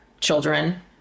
children